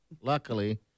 luckily